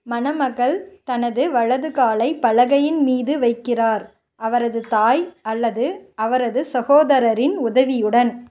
மணமகள் தனது வலது காலை பலகையின் மீது வைக்கிறார் அவரது தாய் அல்லது அவரது சகோதரரின் உதவியுடன்